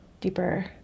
deeper